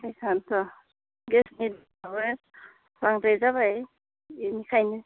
एखायन्थ' गेसनि दामाबो बांद्राय जाबाय इनिखायनो